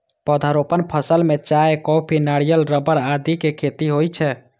पौधारोपण फसल मे चाय, कॉफी, नारियल, रबड़ आदिक खेती होइ छै